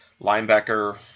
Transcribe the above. linebacker